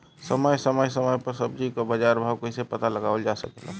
समय समय समय पर सब्जी क बाजार भाव कइसे पता लगावल जा सकेला?